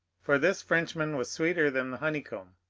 for this frenchman was sweeter than the honeycomb.